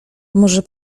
może